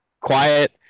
quiet